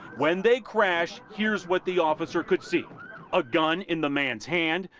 when they crash, here's what the officer could see a gun in the man's hand.